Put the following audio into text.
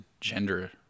gender